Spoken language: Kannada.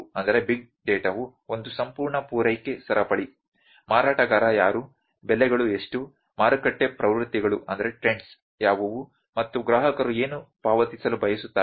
ಆದ್ದರಿಂದ ದೊಡ್ಡ ಡೇಟಾವು ಒಂದು ಸಂಪೂರ್ಣ ಪೂರೈಕೆ ಸರಪಳಿ ಮಾರಾಟಗಾರ ಯಾರು ಬೆಲೆಗಳು ಎಷ್ಟು ಮಾರುಕಟ್ಟೆ ಪ್ರವೃತ್ತಿಗಳು ಯಾವುವು ಮತ್ತು ಗ್ರಾಹಕರು ಏನು ಪಾವತಿಸಲು ಬಯಸುತ್ತಾರೆ